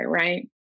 right